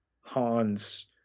hans